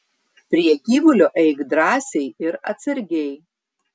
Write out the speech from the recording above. prie gyvulio eik drąsiai ir atsargiai